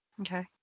Okay